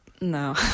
no